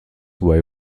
way